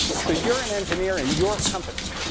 so you're an engineer in your company.